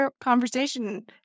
conversation